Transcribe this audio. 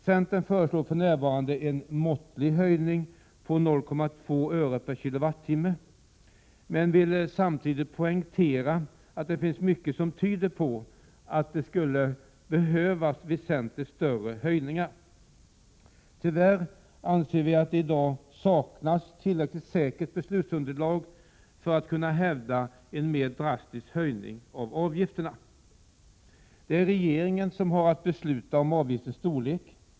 Centern föreslår för närvarande en måttlig höjning på 0,2 öre/per KWh, men vill samtidigt poängtera att det finns mycket som tyder på att det skulle behövas väsentligt större höjningar. Vi anser att det i dag tyvärr saknas ett tillräckligt säkert beslutsunderlag för att man skall kunna hävda en mer drastisk höjning av avgifterna. Det är regeringen som har att besluta om avgiftens storlek.